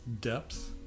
depth